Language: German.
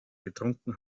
getrunken